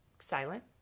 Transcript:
silent